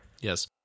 Yes